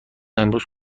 امروز